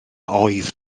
oedd